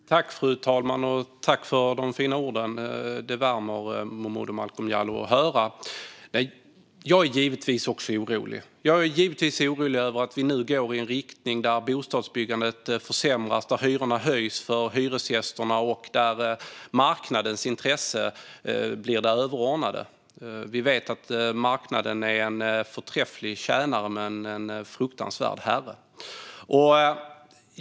Fru talman! Jag tackar Momodou Malcolm Jallow för de fina orden. Det värmer att höra dem. Jag är givetvis också orolig. Vi går nu i en riktning där bostadsbyggandet försämras, där hyrorna höjs för hyresgästerna och där marknadens intresse blir det överordnade. Vi vet att marknaden är en förträfflig tjänare men en fruktansvärd herre.